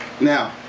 Now